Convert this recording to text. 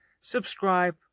subscribe